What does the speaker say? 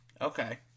Okay